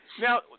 Now